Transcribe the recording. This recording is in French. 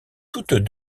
toutes